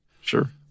Sure